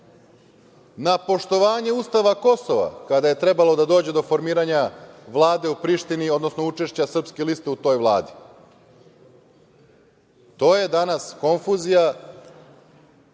na poštovanje ustava Kosova, kada je trebalo da dođe do formiranja vlade u Prištini, učešća Srpske liste u toj vladi. To je danas konfuzija